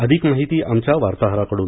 अधिक माहिती आमच्या वार्ताहराकडून